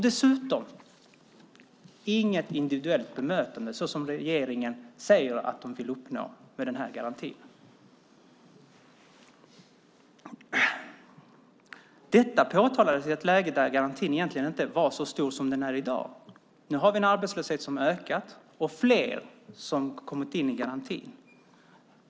Dessutom finns det inget individuellt bemötande, vilket regeringen säger att man vill uppnå med den här garantin. Detta påtalades i ett läge när garantin inte var så stor som den är i dag. Nu har arbetslösheten ökat, och fler har kommit in i garantin.